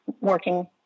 working